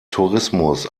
tourismus